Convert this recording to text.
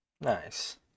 Nice